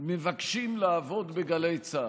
מבקשים לעבוד בגלי צה"ל.